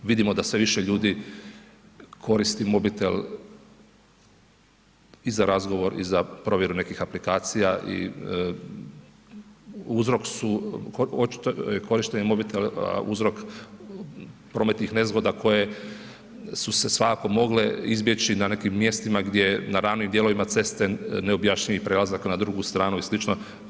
Vidimo da sve više ljudi koristi mobitel i za razgovor i za provjeru nekih aplikacija i uzrok su očito korištenje mobitela a uzrok prometnih nezgoda koje su se svakako mogle izbjeći na nekim mjestima gdje na ravnim dijelovima ceste neobjašnjivih prelazaka na drugu stranu i slično.